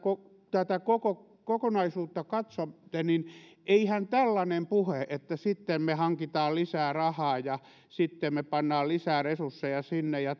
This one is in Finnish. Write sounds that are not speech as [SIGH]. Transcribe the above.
tätä kokonaisuutta katsotte niin eihän tällainen puhe että sitten me hankimme lisää rahaa ja sitten me panemme lisää resursseja sinne ja [UNINTELLIGIBLE]